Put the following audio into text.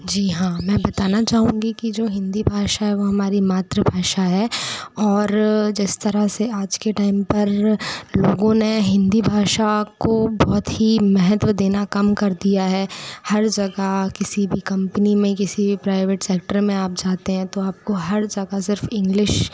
जी हाँ मैं बताना चाहूँगी कि जो हिन्दी भाषा है वह हमारी मातृभाषा है और जिस तरह से आज के टाइम पर लोगों ने हिन्दी भाषा को बहुत ही महत्व देना कम कर दिया है हर जगह किसी भी कम्पनी में किसी भी प्राइवेट सेक्टर में आप जाते हैं तो आपको हर जगह सिर्फ इंग्लिश